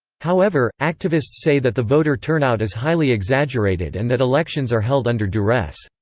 however, activists say that the voter turnout is highly exaggerated and that elections are held under duress.